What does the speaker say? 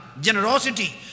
generosity